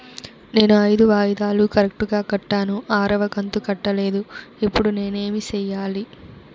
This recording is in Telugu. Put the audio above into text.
నేను ఐదు వాయిదాలు కరెక్టు గా కట్టాను, ఆరవ కంతు కట్టలేదు, ఇప్పుడు నేను ఏమి సెయ్యాలి?